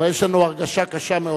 אבל יש לנו הרגשה קשה מאוד.